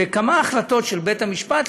בכמה החלטות של בית המשפט,